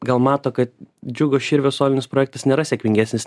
gal mato kad džiugo širvio solinis projektas nėra sėkmingesnis